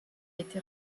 été